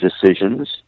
decisions